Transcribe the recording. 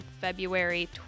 February